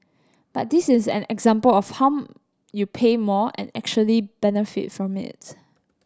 but this is an example of how you pay more and actually benefit from it